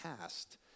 past